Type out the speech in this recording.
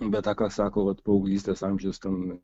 bet tą ką sako vat paauglystės amžiaus ten